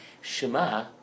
Shema